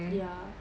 ya